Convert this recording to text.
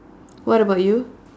what about you